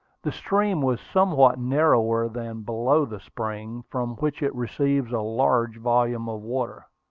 the stream was somewhat narrower than below the spring, from which it receives a large volume of water.